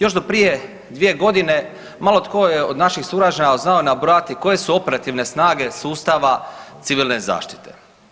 Još do prije 2 godine malo tko je od naših sugrađana znao nabrojati koje su operativne snage sustava civilne zaštite.